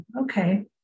Okay